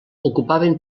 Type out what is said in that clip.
ocupaven